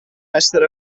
essere